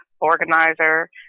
organizer